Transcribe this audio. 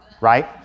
right